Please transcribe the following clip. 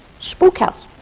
spook house,